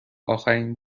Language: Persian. آخرین